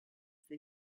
they